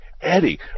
Eddie